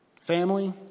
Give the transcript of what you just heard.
Family